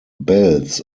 belz